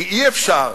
כי אי-אפשר.